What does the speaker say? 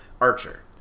Archer